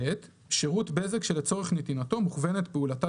שירות בזק שלצורך נתינתו מוכוונת פעולתה